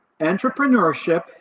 entrepreneurship